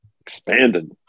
Expanded